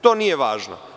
To nije važno.